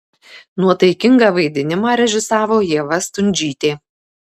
nuotaikingą vaidinimą režisavo ieva stundžytė